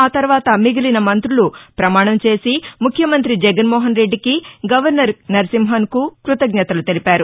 ఆ తర్వాత మిగిలిన మంత్రులు పమాణం చేసి ముఖ్యమంత్రి జగన్మోహన్ రెద్దికి గవర్నర్ నరసింహన్కు క్బతజ్ఞతలు తెలిపారు